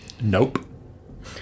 Nope